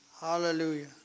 Hallelujah